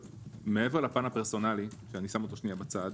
מעבר פן הפרסונלי, שאני שם אותו שנייה בצד,